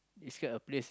this kind of place